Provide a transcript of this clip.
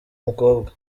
umukobwa